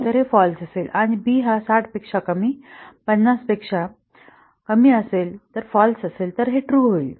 तर हे फाँल्स असेल आणि b हा 60 कमी 50 पेक्षा फाल्स असेल तर हे ट्रू होईल